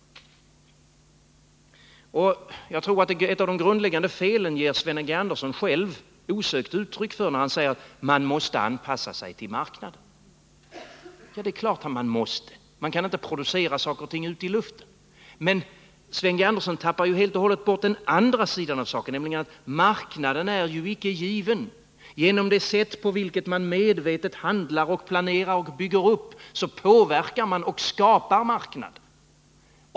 Ett av de grundläggande felen anger Sven G. Andersson själv osökt när han säger: Man måste anpassa sig till marknaden. Det är klart att man inte kan producera saker och ting ut i luften. Men Sven G. Andersson tappar bort den andra sidan av saken: marknaden är inte given. Genom det sätt på vilket man medvetet handlar, planerar och bygger upp skapar man marknad.